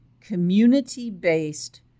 community-based